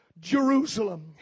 Jerusalem